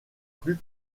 plus